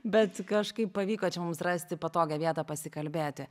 bet kažkaip pavyko čia mums rasti patogią vietą pasikalbėti